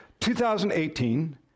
2018